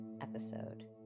episode